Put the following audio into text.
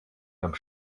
comme